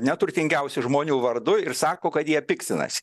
neturtingiausių žmonių vardu ir sako kad jie piktinasi